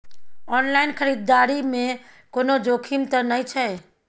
Online खरीददारी में कोनो जोखिम त नय छै?